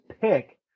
pick